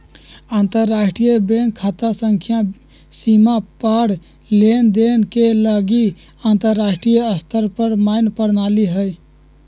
अंतरराष्ट्रीय बैंक खता संख्या सीमा पार लेनदेन के लागी अंतरराष्ट्रीय स्तर पर मान्य प्रणाली हइ